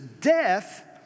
death